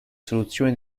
soluzione